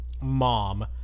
mom